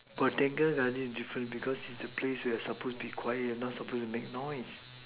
botanical garden is different because it's a place you supposed to be quiet you are not suppose to make noise